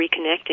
reconnecting